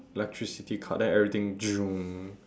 electricity cut then everything